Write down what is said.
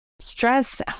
Stress